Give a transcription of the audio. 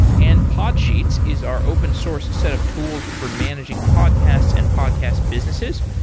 and pod sheets is our open source set of tools for managing podcasts and podcast businesses.